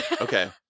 Okay